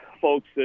folks